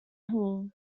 hall